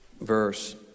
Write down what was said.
verse